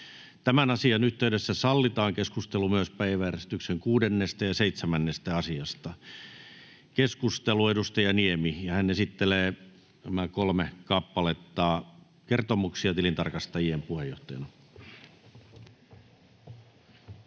Tämän asian yhteydessä sallitaan keskustelu myös päiväjärjestyksen 6. ja 7. asiasta. — Keskustelu, edustaja Niemi. Hän esittelee nämä kolme kappaletta kertomuksia tilintarkastajien puheenjohtajana. Kiitoksia,